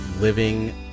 living